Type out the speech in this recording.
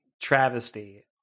travesty